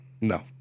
No